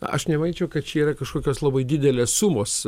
aš nemanyčiau kad čia yra kažkokios labai didelės sumos